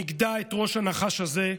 נגדע את ראש הנחש הזה,